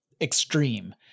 extreme